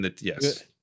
Yes